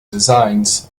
designs